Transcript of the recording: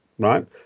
right